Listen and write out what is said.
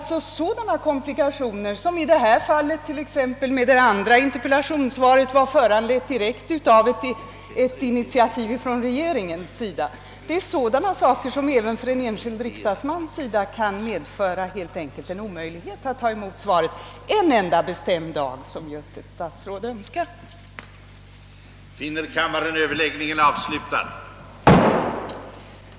Sådana komplikationer — som i det av mig senast nämnda fallet alltså förorsakats av ett initiativ från regeringens sida — kan göra det omöjligt för en enskild riksdagsman att ta emot ett svar just den dag då ett statsråd önskar lämna det.